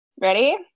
ready